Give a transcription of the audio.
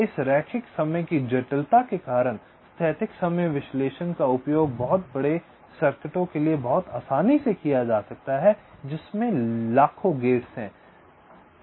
इस रैखिक समय की जटिलता के कारण स्थैतिक समय विश्लेषण का उपयोग बहुत बड़े सर्किटों के लिए बहुत आसानी से किया जा सकता है जिसमें लाखों गेट्स शामिल हैं